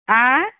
ಆಂ